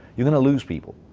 you're going to lose people.